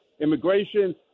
Immigration